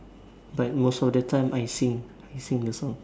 but most of the time I sing I sing the song